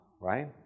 right